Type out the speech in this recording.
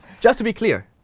just to be clear,